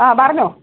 ആ പറഞ്ഞോ